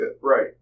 right